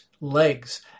legs